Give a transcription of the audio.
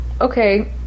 Okay